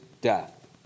death